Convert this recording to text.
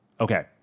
Okay